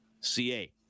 ca